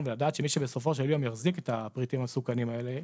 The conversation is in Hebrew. ולדעת שמי שבסופו של יום יחזיק את הפריטים המסוכנים האלה,